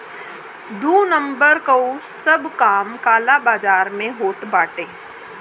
दू नंबर कअ सब काम काला बाजार में होत बाटे